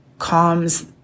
calms